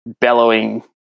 bellowing